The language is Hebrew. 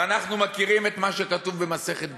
ואנחנו מכירים את מה שכתוב במסכת גיטין: